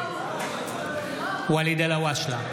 נגד ואליד אלהואשלה,